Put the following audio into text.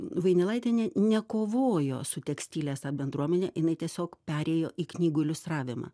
vainilaitienė nekovojo su tekstilės bendruomene jinai tiesiog perėjo į knygų iliustravimą